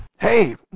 Hey